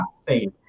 safe